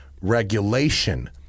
regulation